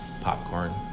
popcorn